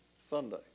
Sunday